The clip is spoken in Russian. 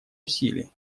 усилий